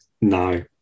no